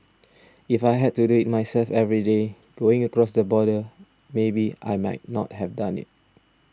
if I had to do it myself every day going across the border maybe I might not have done it